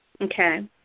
Okay